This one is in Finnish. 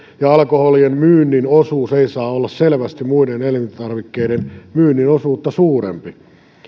ja alkoholien myynnin osuus ei saa olla selvästi muiden elintarvikkeiden myynnin osuutta suurempi